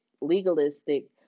legalistic